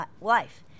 life